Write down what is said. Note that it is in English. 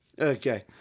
Okay